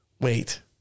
wait